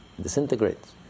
Disintegrates